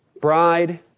Bride